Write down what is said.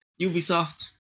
Ubisoft